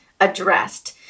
addressed